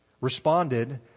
responded